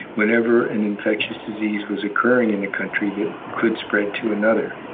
whenever an infectious disease was occurring in a country that could spread to another.